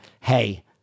hey